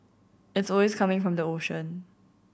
it's always coming from the ocean